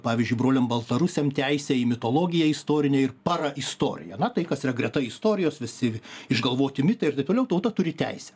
pavyzdžiui broliam baltarusiam teisę į mitologiją istorinę ir paraistoriją na tai kas yra greta istorijos visi išgalvoti mitai ir taip toliau tauta turi teisę